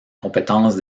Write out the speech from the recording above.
compétence